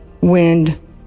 wind